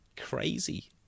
crazy